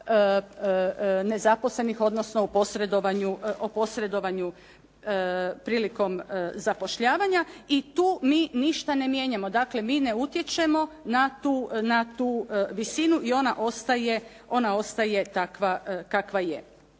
nezaposlenih, odnosnu u posredovanju prilikom zapošljavanja i tu mi ništa ne mijenjamo. Dakle mi ne utječemo na tu visinu i ona ostaje takva kakva je.